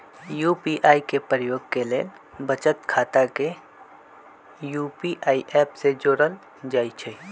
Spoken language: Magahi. यू.पी.आई के प्रयोग के लेल बचत खता के यू.पी.आई ऐप से जोड़ल जाइ छइ